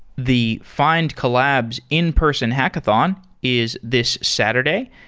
the findcollabs in-person hackathon is this saturday,